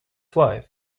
wife